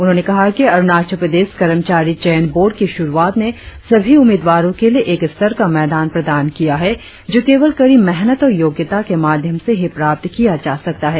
उन्होंने कहा कि अरुणाचल प्रदेश कर्मचारी चयन बोर्ड की शुरुआत ने सभी उम्मीदवारों के लिए एक स्तर का मैदान प्रदान किया है जो केवल कड़ी मेहनत और योग्यता के माध्यम से ही प्राप्त किया जा सकता है